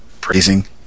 praising